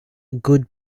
good